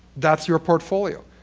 that's your portfolio.